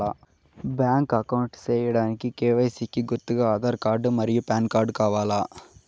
Bank account సేయడానికి KYC కి గుర్తుగా ఆధార్ కార్డ్ మరియు పాన్ కార్డ్ కావాలా?